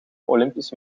olympische